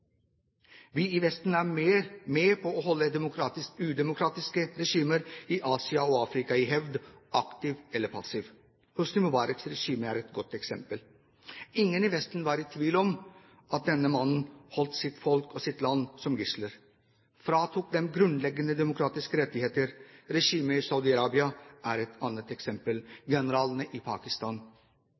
Vi i Vesten er med på å holde udemokratiske regimer i Asia og Afrika i hevd – aktivt eller passivt. Hosni Mubaraks regime er et godt eksempel. Ingen i Vesten var i tvil om at denne mannen holdt sitt folk og sitt land som gisler, og fratok dem grunnleggende demokratiske rettigheter. Regimet i Saudi-Arabia er et annet eksempel, og generalene i Pakistan.